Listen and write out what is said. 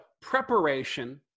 preparation